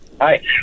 Hi